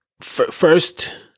first